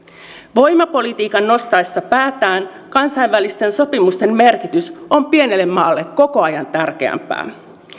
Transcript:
voimapolitiikan nostaessa päätään kansainvälisten sopimusten merkitys on pienelle maalle koko ajan tärkeämpää